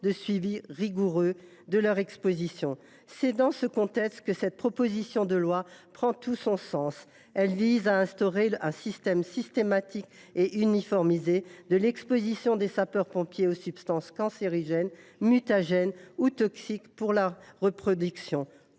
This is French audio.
d’un suivi rigoureux de leur exposition. C’est dans ce contexte que cette proposition de loi prend tout son sens, puisqu’elle instaure un suivi systématique et uniformisé de l’exposition des sapeurs pompiers aux substances cancérogènes, mutagènes ou toxiques pour la reproduction,